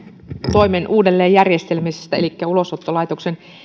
toimen uudelleenjärjestelemisestä elikkä ulosottolaitoksen